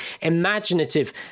imaginative